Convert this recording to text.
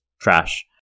trash